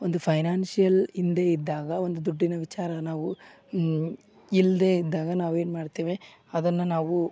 ಒಂದು ಫೈನಾನ್ಷಿಯಲ್ ಹಿಂದೆ ಇದ್ದಾಗ ಒಂದು ದುಡ್ಡಿನ ವಿಚಾರ ನಾವು ಇಲ್ಲದೇ ಇದ್ದಾಗ ನಾವು ಏನು ಮಾಡ್ತೇವೆ ಅದನ್ನ ನಾವು